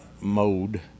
mode